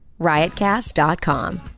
RiotCast.com